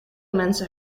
mensen